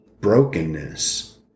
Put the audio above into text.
brokenness